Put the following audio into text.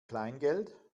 kleingeld